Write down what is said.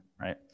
right